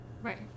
Right